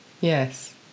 Yes